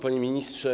Panie Ministrze!